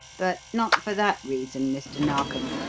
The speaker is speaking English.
but not for that reason, mr. narkom.